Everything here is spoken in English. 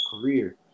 career